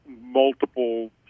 multiple